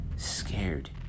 Scared